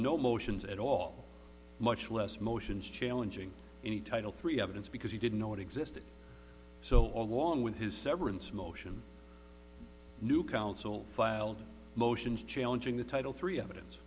no motions at all much less motions challenging any title three evidence because he didn't know it existed so all along with his severance motion new counsel filed motions challenging the title three evidence